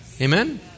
Amen